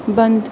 بند